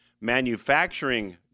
manufacturing